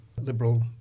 liberal